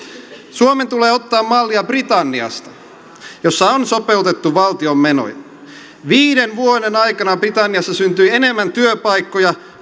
suomen tulee ottaa mallia britanniasta jossa on sopeutettu valtion menoja viiden vuoden aikana britanniassa syntyi enemmän työpaikkoja